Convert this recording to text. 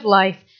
life